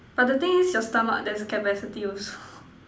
but the thing is your stomach there's a capacity also